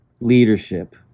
leadership